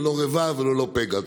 ללא רבב וללא פגע.